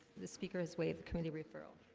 the speaker is way of the committee referral